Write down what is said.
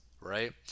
right